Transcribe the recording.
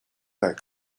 that